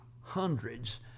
hundreds